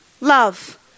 love